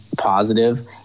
positive